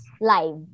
live